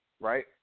right